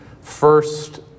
first